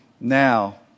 Now